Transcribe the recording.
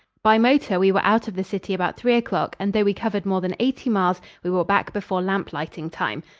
by motor, we were out of the city about three o'clock, and though we covered more than eighty miles, we were back before lamp-lighting time.